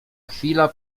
chwila